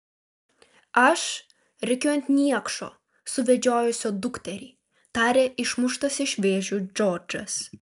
aš rėkiu ant niekšo suvedžiojusio dukterį tarė išmuštas iš vėžių džordžas